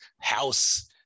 house